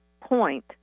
point